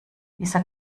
dieser